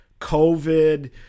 COVID